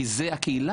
כי זה הקהילה,